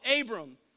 Abram